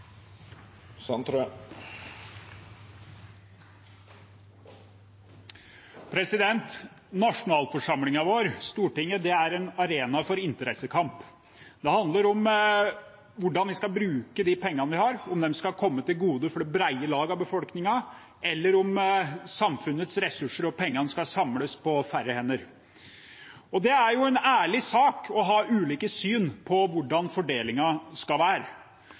igjen. Nasjonalforsamlingen vår, Stortinget, er en arena for interessekamp. Det handler om hvordan vi skal bruke de pengene vi har, om de skal komme det brede lag av befolkningen til gode eller om samfunnets ressurser og penger skal samles på færre hender. Det er jo en ærlig sak å ha ulike syn på hvordan fordelingen skal